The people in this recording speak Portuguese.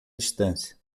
distância